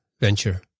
venture